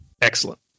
Excellent